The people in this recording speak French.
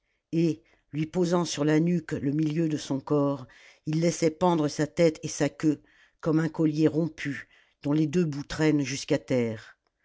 et lui posant sur la nuque le milieu de son corps il laissait pendre sa tête et sa queue comme un collier rompu dont les deux bouts traînent jusqu'à terre